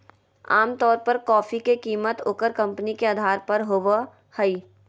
आमतौर पर कॉफी के कीमत ओकर कंपनी के अधार पर होबय हइ